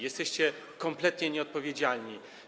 Jesteście kompletnie nieodpowiedzialni.